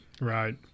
Right